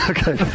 Okay